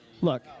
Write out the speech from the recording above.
look